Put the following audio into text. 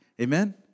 Amen